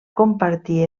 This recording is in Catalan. compartir